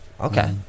okay